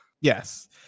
yes